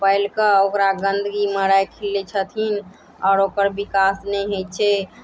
पालि कऽ ओकरा गन्दगी मारा खिलै छथिन आओर ओकर विकास नहि होइ छै